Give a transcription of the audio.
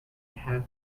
half